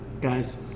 Guys